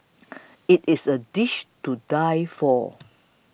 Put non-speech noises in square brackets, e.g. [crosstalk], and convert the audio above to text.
[noise] it is a dish to die for